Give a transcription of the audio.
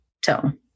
tone